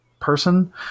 person